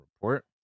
report